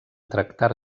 tractar